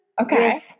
Okay